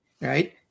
Right